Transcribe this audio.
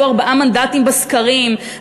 כשהיו ארבעה מנדטים בסקרים,